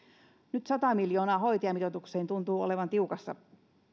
nyt sata miljoonaa hoitajamitoitukseen tuntuu olevan tiukassa